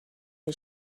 این